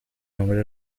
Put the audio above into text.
نمره